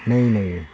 نہیں نہیں